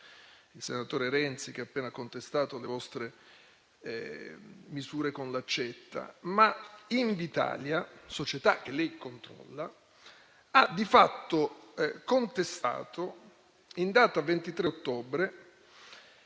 il senatore Renzi, che ha appena contestato le vostre misure con l'accetta, ma Invitalia, società che lei controlla, ha di fatto contestato in data 23 ottobre,